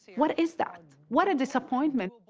what is that? what a disappointment!